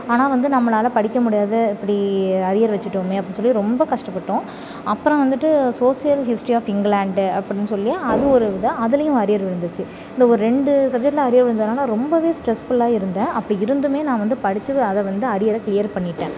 ஆனால் வந்து நம்மளால் படிக்க முடியாத இப்படி அரியர் வச்சுட்டோமே அப்படினு சொல்லி ரொம்ப கஷ்டப்பட்டோம் அப்புறம் வந்துவிட்டு சோசியல் ஹிஸ்டரி ஆஃப் இங்கிலாண்டு அப்படினு சொல்லி அது ஒரு இது அதுலையும் அரியர் விழுந்துருச்சு இந்த ஒரு ரெண்டு சப்ஜெக்டில் அரியர் விழுந்ததினால ரொம்பவே ஸ்ட்ரெஸ் ஃபுல்லாக இருந்தேன் அப்படி இருந்துமே நான் வந்து படிச்சு அதை வந்து அரியரை கிளியர் பண்ணிவிட்டேன்